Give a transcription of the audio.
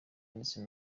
ndetse